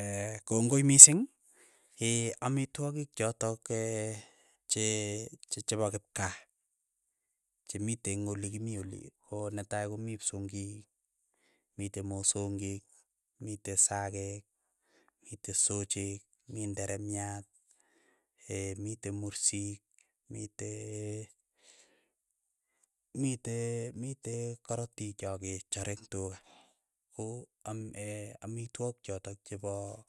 kongoi misiig, amitwogik chotok che chepo kipkaa, chemite eng olii kimii oli koo netai komii psongii, mite mosongik, mite sageeg, mite socheeg, mii nderemiat, mite mursik, mitee mitee mitee korotiik chokechare ing tuga. Koo am amitwok chotok chepoo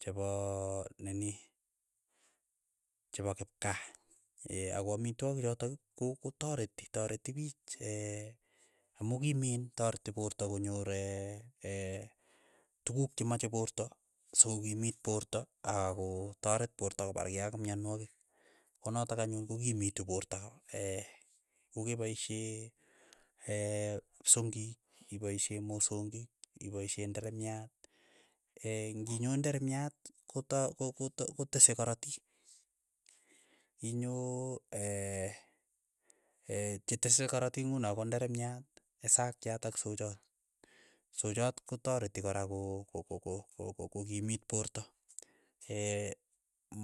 chepoo nini chepo kipkaa. ako amitwogi chotok kotoreti toreti piich, amuu kimen toreti porta konyor ee tuguk chemache porta sokokimit porta ako taret porta koparkei ak mianwagik, konotok anyun ko kimiitu porto kokepoisyee psongiik, ipoisyee mosongik, ipoisyee nderemiat nginyo nderemiat koto kotese karatik. Inyoo ee chetese karatiik ngunoo ko nderemiat isakiat ak sochot. Sochoot kotoreti koraa koo ko ko ko ko kokimiit porta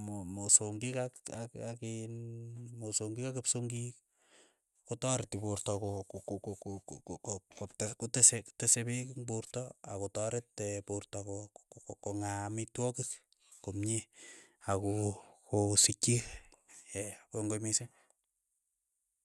mo mosongik ak akiin ak kipsongik kotareti porta koo ko ko ko ko kotes kotese kotese peek ing porta, akotaret porta ko ko kong'aa amitwookis komie. Ako kogosikchi kongoi missiiing.